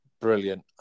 Brilliant